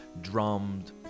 drummed